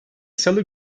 salı